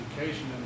Education